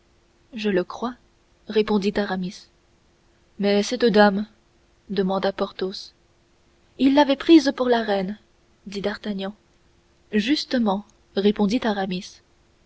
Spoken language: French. je le crois répondit aramis mais cette dame demanda porthos il l'avait prise pour la reine dit d'artagnan justement répondit